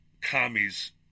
commies